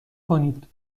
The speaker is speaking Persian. کنید